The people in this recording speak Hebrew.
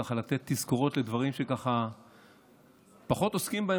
לתת תזכורות לדברים שפחות עוסקים בהם,